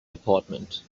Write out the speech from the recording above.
department